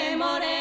more